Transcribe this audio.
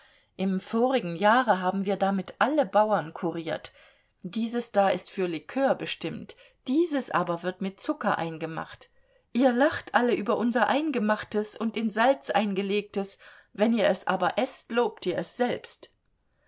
im vorigen jahre haben wir damit alle bauern kuriert dieses da ist für likör bestimmt dieses aber wird mit zucker eingemacht ihr lacht alle über unser eingemachtes und in salz eingelegtes wenn ihr es aber eßt lobt ihr es selbst